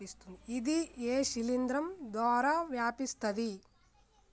ఇది ఏ శిలింద్రం ద్వారా వ్యాపిస్తది?